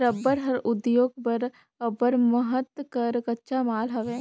रबड़ हर उद्योग बर अब्बड़ महत कर कच्चा माल हवे